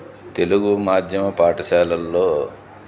తెలుగు మాధ్యమ పాఠశాలలు